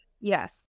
yes